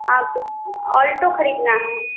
हाँ तो ऑल्टो ख़रीदना है